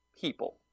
people